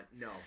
No